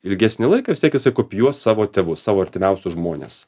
ilgesnį laiką vis tiek jisai kopijuos savo tėvus savo artimiausius žmones